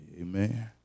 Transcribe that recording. Amen